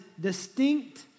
distinct